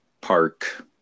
park